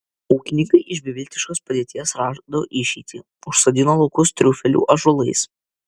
ūkininkai iš beviltiškos padėties rado išeitį užsodino laukus triufelių ąžuolais